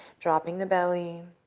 dropping the belly,